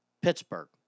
Pittsburgh